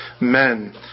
men